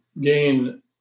gain